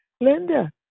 Linda